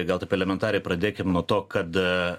gal taip elementariai pradėkim nuo to kada